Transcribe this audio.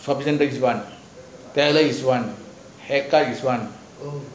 copy center is one hair cut is one